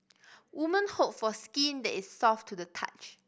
women hope for skin that is soft to the touch